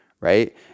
right